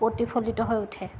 প্ৰতিফলিত হৈ উঠে